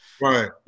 right